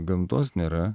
gamtos nėra